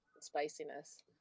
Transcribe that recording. spiciness